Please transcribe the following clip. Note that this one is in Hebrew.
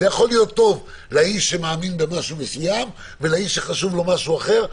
זה יכול להיות טוב לאיש שמאמין במשהו מסוים ולאיש שחשוב לו משהו אחר.